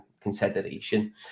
consideration